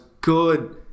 good